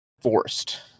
forced